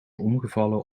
omgevallen